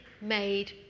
made